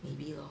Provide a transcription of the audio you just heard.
maybe lor